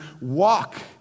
Walk